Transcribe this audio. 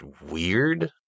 weird